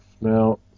Now